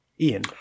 Ian